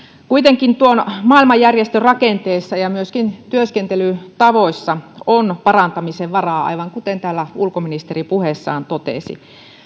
kuitenkin tuon maailmanjärjestön rakenteessa ja myöskin työskentelytavoissa on parantamisen varaa aivan kuten täällä ulkoministeri puheessaan totesi